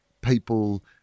people